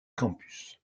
campus